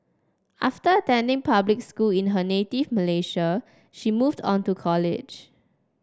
after attending public school in her native Malaysia she moved on to college